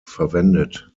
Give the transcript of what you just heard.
verwendet